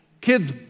kids